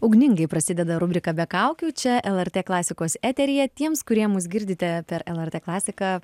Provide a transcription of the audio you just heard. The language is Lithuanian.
ugningai prasideda rubrika be kaukių čia lrt klasikos eteryje tiems kurie mus girdite per lrt klasiką